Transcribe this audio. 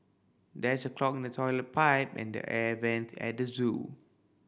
there's a clog toilet pipe and the air vent at the zoo